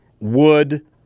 wood